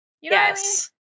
Yes